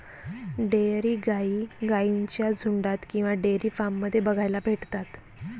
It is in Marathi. डेयरी गाई गाईंच्या झुन्डात किंवा डेयरी फार्म मध्ये बघायला भेटतात